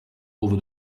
over